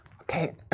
Okay